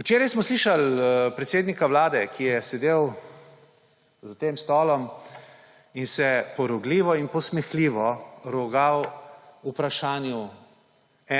Včeraj smo slišali predsednika vlade, ki je sedel za tem stolom in se porogljivo in posmehljivo rogal vprašanju